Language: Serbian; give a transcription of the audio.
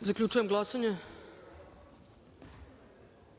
Zaključujem glasanje: